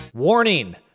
Warning